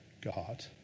God